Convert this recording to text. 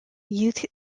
youth